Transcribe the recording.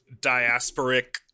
diasporic